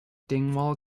dingwall